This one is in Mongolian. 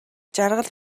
жаргал